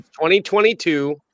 2022